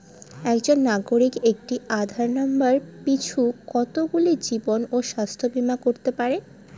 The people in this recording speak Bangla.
একজন নাগরিক একটি আধার নম্বর পিছু কতগুলি জীবন ও স্বাস্থ্য বীমা করতে পারে?